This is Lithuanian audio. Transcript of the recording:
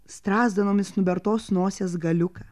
strazdanomis nubertos nosies galiuką